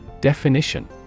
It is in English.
Definition